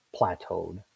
plateaued